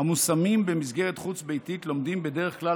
המושמים במסגרת חוץ-ביתית לומדים בדרך כלל